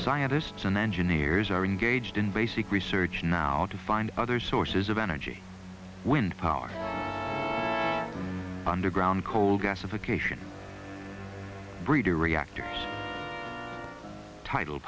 scientists and engineers are engaged in basic research now to find other sources of energy wind power underground coal gasification breeder reactors title